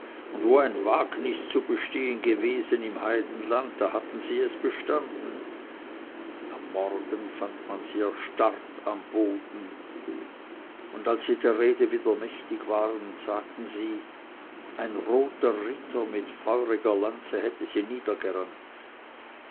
und wo ein wagnis zu bestehen gewesen im heidenland da hatten sie es bestanden am morgen fand man sie erstarrt am boden und als sie der rede wieder mächtig waren sagten sie ein roter ritter mit feuriger lanze hätte sie niedergerannt